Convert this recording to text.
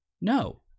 No